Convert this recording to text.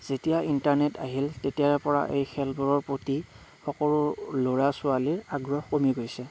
যেতিয়া ইণ্টাৰনেট আহিল তেতিয়াৰে পৰা এই খেলবোৰৰ প্ৰতি সকলো ল'ৰা ছোৱালীৰ আগ্ৰহ কমি গৈছে